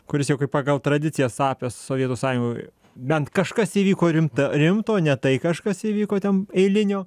kuris jau kaip pagal tradiciją tapęs sovietų sąjungoj bent kažkas įvyko rimta rimto ne tai kažkas įvyko ten eilinio